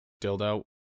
dildo